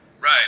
Right